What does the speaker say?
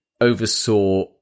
oversaw